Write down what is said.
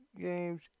games